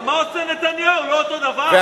אבל מה עושה נתניהו, לא אותו דבר?